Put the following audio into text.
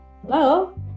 hello